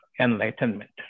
enlightenment